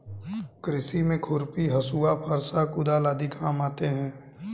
कृषि में खुरपी, हँसुआ, फरसा, कुदाल आदि काम आते है